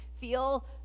feel